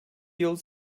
yıl